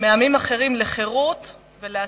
מעמים אחרים לחירות ולעצמאות.